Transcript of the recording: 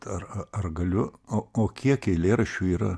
dar ar galiu o o kiek eilėraščių yra